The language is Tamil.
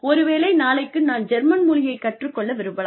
ஒருவேளை நாளைக்கு நான் ஜெர்மன் மொழியைக் கற்றுக் கொள்ள விரும்பலாம்